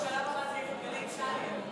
השלב הבא, "גלי צה"ל" יהיה מאוזן.